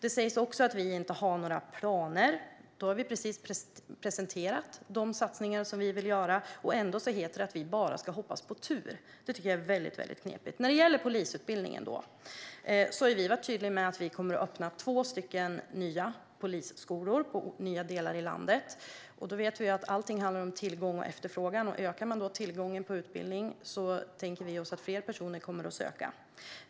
Det sägs också att vi inte har några planer. Vi har precis presenterat de satsningar som vi vill göra. Ändå heter det att det att vi bara hoppas på turen. Det tycker jag är väldigt knepigt. När det gäller polisutbildningen har vi varit tydliga med att vi kommer att öppna två nya polisskolor i nya delar av landet. Vi vet ju att allt handlar om tillgång och efterfrågan. Ökar man då tillgången till utbildning tänker vi oss att fler kommer att söka.